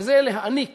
וזה להעניק